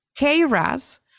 Kras